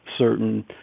certain